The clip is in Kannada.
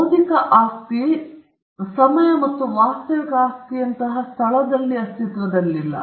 ಬೌದ್ಧಿಕ ಆಸ್ತಿ ಸಮಯ ಮತ್ತು ವಾಸ್ತವಿಕ ಆಸ್ತಿಯಂತಹ ಸ್ಥಳದಲ್ಲಿ ಅಸ್ತಿತ್ವದಲ್ಲಿಲ್ಲ